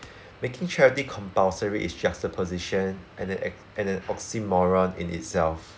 making charity compulsory is just a position and an a~ and an oxymoron in itself